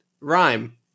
rhyme